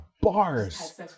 bars